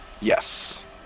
Yes